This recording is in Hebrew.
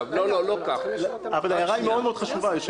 היושב-ראש.